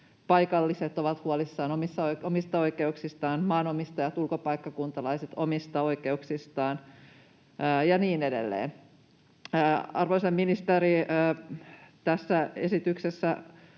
paikalliset ovat huolissaan omista oikeuksistaan ja maanomistajat, ulkopaikkakuntalaiset omista oikeuksistaan ja niin edelleen. Arvoisa ministeri, tässä esityksessä